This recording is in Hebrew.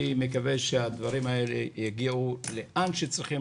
אני מקווה שהדברים האלה יגיעו לאן שצריכים